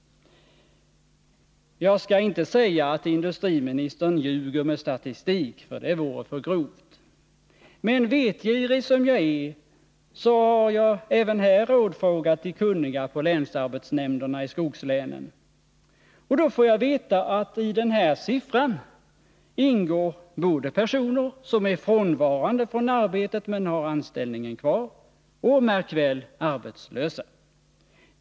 Jag skall inte säga att industriministern ljuger med statistik, för det vore för grovt. Men vetgirig som jag är, har jag även här rådfrågat de kunniga på länsarbetsnämnderna i skogslänen. Då får jag veta att i den här siffran ingår både personer som är frånvarande från arbetet men har anställningen kvar och — märk väl! — arbetslösa.